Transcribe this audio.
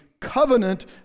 Covenant